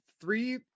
Three